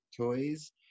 toys